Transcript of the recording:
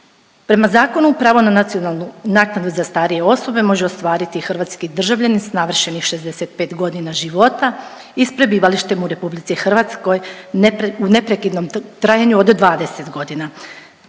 Prema zakonu pravo na nacionalnu naknadu za starije osobe može ostvariti hrvatski državljanin s navršenih 65.g. života i s prebivalište u RH u neprekidnom trajanju od 20.g.,